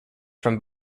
from